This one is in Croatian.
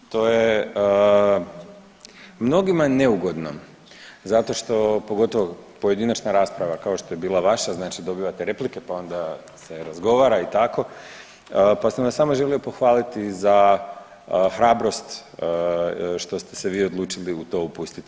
To je, mnogima je neugodno zato što, pogotovo pojedinačna rasprava, kao što je bila vaša, znači dobivate replike, pa onda se razgovara, i tako pa sam vas samo želio pohvaliti za hrabrost što ste se vi odlučili u to upustiti.